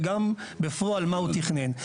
וגם בפועל מה הוא תכנן.